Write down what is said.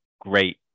great